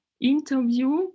interview